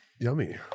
Yummy